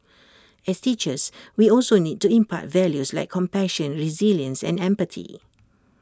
as teachers we also need to impart values like compassion resilience and empathy